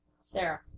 Sarah